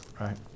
right